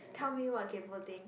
tell me what kaypo things